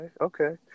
Okay